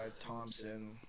Thompson